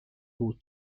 بود